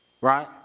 Right